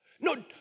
no